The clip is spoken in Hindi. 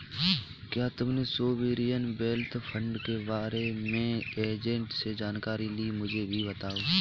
क्या तुमने सोवेरियन वेल्थ फंड के बारे में एजेंट से जानकारी ली, मुझे भी बताओ